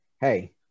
hey